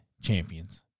champions